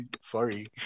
sorry